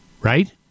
Right